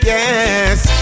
Yes